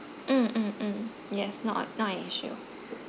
mm mm mm yes not a not a issue